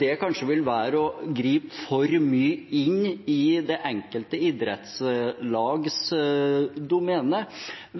det kanskje vil være å gripe for mye inn i det enkelte idrettslags domene.